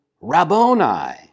Rabboni